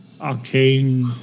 arcane